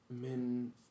Min